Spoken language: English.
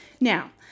Now